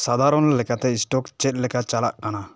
ᱥᱟᱫᱷᱟᱨᱚᱱ ᱞᱮᱠᱟᱛᱮ ᱥᱴᱚᱠ ᱪᱮᱫ ᱞᱮᱠᱟ ᱪᱟᱞᱟᱜ ᱠᱟᱱᱟ